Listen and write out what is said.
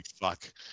fuck